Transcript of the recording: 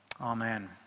Amen